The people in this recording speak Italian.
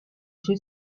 suoi